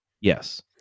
Yes